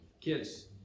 Kids